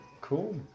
cool